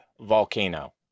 volcano